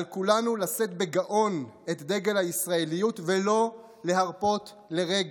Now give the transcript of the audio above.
על כולנו לשאת בגאון את דגל הישראליות ולא להרפות לרגע.